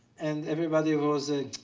and everybody was ah